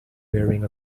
wearing